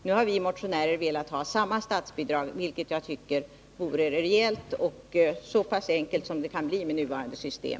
Nu har vi motionärer velat ha samma statsbidrag för båda kategorierna, vilket jag tycker vore rejält och så pass enkelt som det kan bli med nuvarande system.